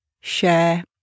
share